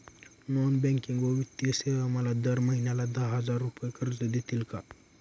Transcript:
Non banking व वित्तीय सेवा मला दर महिन्याला दहा हजार रुपये कर्ज देतील का?